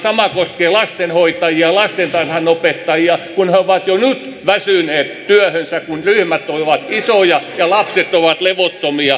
sama koskee lastenhoitajia lastentarhanopettajia kun he ovat jo nyt väsyneet työhönsä kun ryhmät ovat isoja ja lapset ovat levottomia